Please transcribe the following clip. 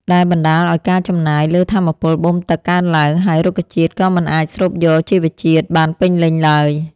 ដែលបណ្ដាលឱ្យការចំណាយលើថាមពលបូមទឹកកើនឡើង ហើយរុក្ខជាតិក៏មិនអាចស្រូបយកជីវជាតិបានពេញលេញឡើយ។